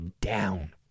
down